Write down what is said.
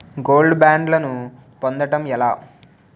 Gold బ్యాండ్లను పొందటం ఎలా?